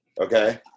Okay